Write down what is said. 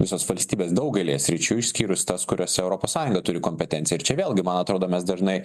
visos valstybės daugelyje sričių išskyrus tas kuriose europos sąjunga turi kompetenciją ir čia vėlgi man atrodo mes dažnai